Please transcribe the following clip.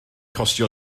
costio